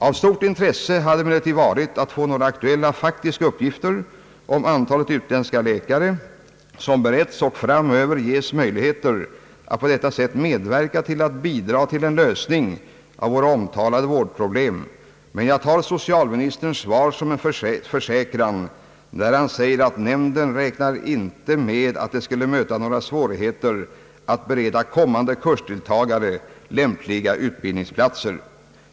Av stort intresse hade emellertid varit att få några aktuella faktiska uppgifter om antalet utländska läkare som beretts och framöver ges möjligheter att på detta sätt medverka till en lösning av våra omtalade vårdproblem, men jag tar socialministerns svar som en försäkran när han säger att nämnden inte räknar med att det skall möta några svårigheter att bereda kommande kursdeltagare lämpliga utbildningsplatser.